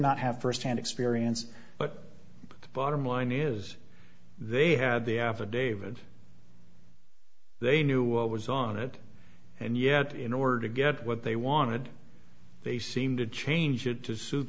not have first hand experience but the bottom line is they had the affidavit they knew what was on it and yet in order to get what they wanted they seem to change it to suit